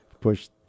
push